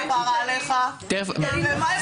ומה עם